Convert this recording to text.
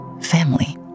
family